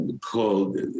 called